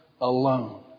alone